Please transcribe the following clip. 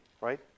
right